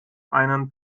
einen